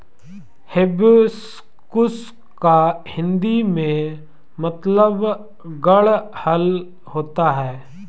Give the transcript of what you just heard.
hibiscus का हिंदी में मतलब गुड़हल होता है